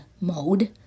mode